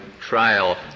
trial